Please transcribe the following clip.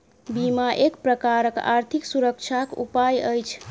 बीमा एक प्रकारक आर्थिक सुरक्षाक उपाय अछि